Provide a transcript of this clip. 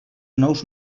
nous